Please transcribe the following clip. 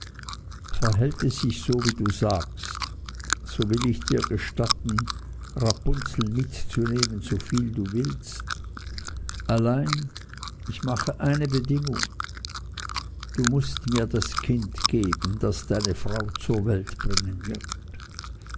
verhält es sich so wie du sagst so will ich dir gestatten rapunzeln mitzunehmen soviel du willst allein ich mache eine bedingung du mußt mir das kind geben das deine frau zur welt bringen wird